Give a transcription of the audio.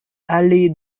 allée